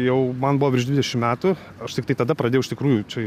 jau man buvo virš dvidešim metų aš tiktai tada pradėjau iš tikrųjų čia